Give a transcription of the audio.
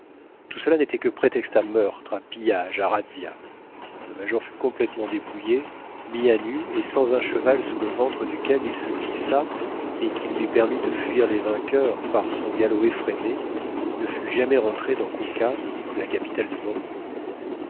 tout cela nétait que prétexte à meurtres à pillages à razzias le major fut complètement dépouillé mis à nu et sans un cheval sous le ventre duquel il se glissa et qui lui permit de fuir les vainqueurs par son galop effréné il ne fût jamais rentré dans kouka la capitale du